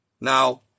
Now